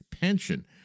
pension